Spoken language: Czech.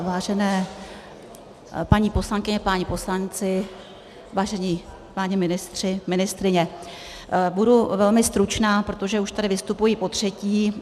Vážené paní poslankyně, páni poslanci, vážení páni ministři, ministryně, budu velmi stručná, protože už tady vystupuji potřetí.